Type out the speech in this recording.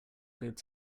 good